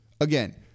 Again